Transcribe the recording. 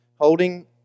Holding